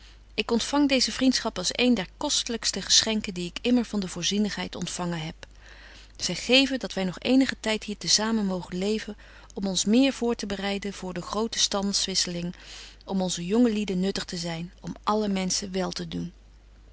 ik ontfang deeze vriendschap als een der kostelykste geschenken die ik immer van de voorzienigheid ontfangen heb zy geve dat wy nog eenigen tyd hier te samen mogen leven om ons méér voortebereiden voor de grote standsverwisseling om onze jonge lieden nuttig te zyn om alle menschen wel te doen